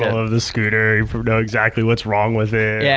of the scooter. you know, exactly what's wrong with it. yeah